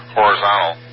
horizontal